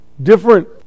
different